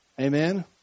Amen